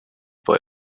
boy